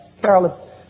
Carol